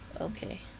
Okay